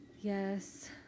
yes